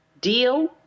deal